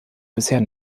bisher